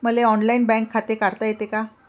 मले online bank खाते काढता येते का?